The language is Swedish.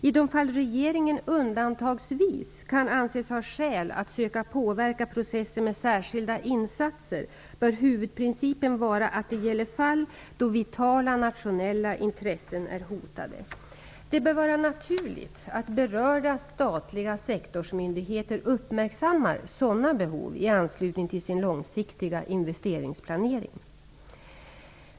I de fall regeringen undantagsvis kan anses ha skäl att söka påverka processen med särskilda insatser bör huvudprincipen vara att det gäller fall då vitala nationella intressen är hotade. Det bör vara naturligt att berörda statliga sektorsmyndigheter uppmärksammar sådana behov i anslutning till sin långsiktiga investeringsplanering.